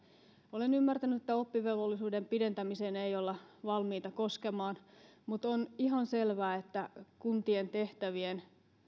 olen ymmärtänyt että oppivelvollisuuden pidentämiseen ei olla valmiita koskemaan mutta on ihan selvää että kuntien tehtävien